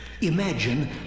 Imagine